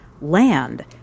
land